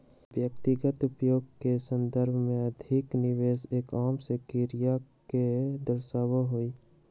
व्यक्तिगत उपभोग के संदर्भ में अधिक निवेश एक आम से क्रिया के दर्शावा हई